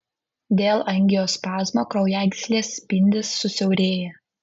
dėl angiospazmo kraujagyslės spindis susiaurėja